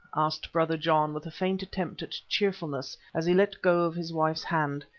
asked brother john, with a faint attempt at cheerfulness as he let go of his wife's hand.